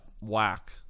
whack